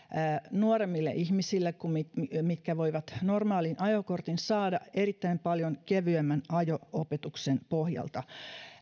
nuoremmille ihmisille kuin jotka voivat normaalin ajokortin saada ja erittäin paljon kevyemmän ajo opetuksen pohjalta